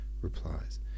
replies